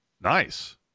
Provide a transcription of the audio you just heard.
Nice